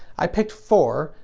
i picked four,